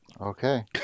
Okay